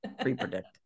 Pre-predict